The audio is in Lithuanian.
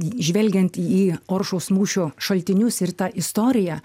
žvelgiant į oršos mūšio šaltinius ir tą istoriją